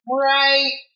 right